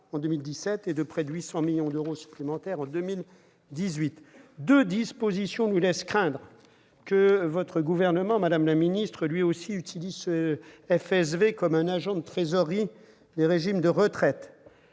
2017 et de près de 800 millions d'euros supplémentaires pour 2018. Deux dispositions nous laissent craindre que votre gouvernement, madame la ministre, n'utilise lui aussi le FSV comme un agent de trésorerie des régimes de retraite.